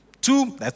Two